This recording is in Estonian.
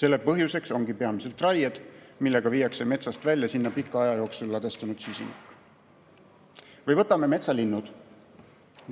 Selle põhjuseks ongi peamiselt raied, millega viiakse metsast välja sinna pika aja jooksul ladestunud süsinik. Või võtame metsalinnud.